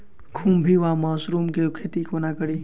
खुम्भी वा मसरू केँ खेती कोना कड़ी?